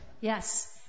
Yes